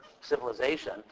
civilization